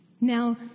Now